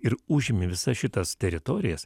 ir užimi visas šitas teritorijas